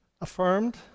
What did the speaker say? affirmed